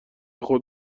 خود